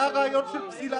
אם כך, מה הרעיון של פסילה?